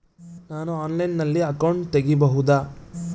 ನಾನು ಆನ್ಲೈನಲ್ಲಿ ಅಕೌಂಟ್ ತೆಗಿಬಹುದಾ?